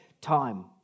time